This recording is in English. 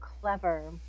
clever